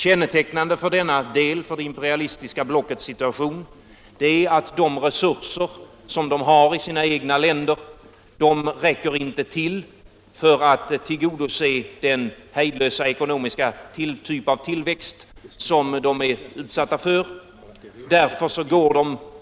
Kännetecknande för företagens situation i denna del av det imperialistiska blocket är att de resurser som de har i sina egna länder inte räcker till för att tillgodose den typ av hejdlös ekonomisk tillväxt som de är utsatta för.